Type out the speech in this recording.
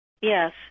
Yes